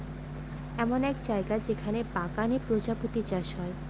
এমন এক জায়গা যেখানে বাগানে প্রজাপতি চাষ করে